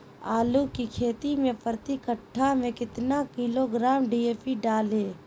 आलू की खेती मे प्रति कट्ठा में कितना किलोग्राम डी.ए.पी डाले?